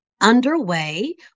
underway